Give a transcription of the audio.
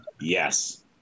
yes